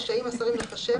רשאים השרים לחשב,